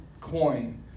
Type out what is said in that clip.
coin